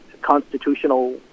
constitutional